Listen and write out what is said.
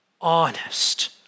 Honest